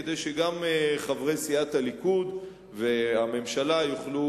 כדי שגם חברי סיעת הליכוד והממשלה יוכלו